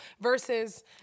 Versus